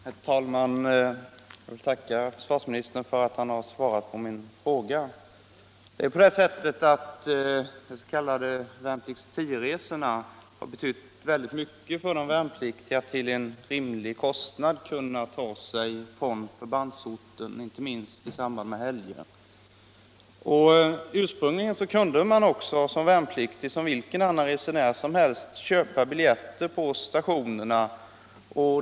Herr talman! Jag tackar försvarsministern för att han svarat på min fråga. De s.k. vpl 10-resorna har betytt mycket för de värnpliktiga när det gällt att för en rimlig kostnad kunna ta sig från förbandsorten, inte minst i samband med helgerna. Ursprungligen kunde de värnpliktiga som vilka andra resenärer som helst köpa biljetterna på järnvägsstationerna.